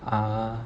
uh